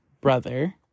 brother